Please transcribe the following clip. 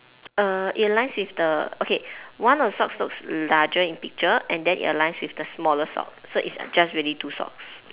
err it lines with the okay one of the socks looks larger in picture and then it aligns with the smaller sock so it's just really two socks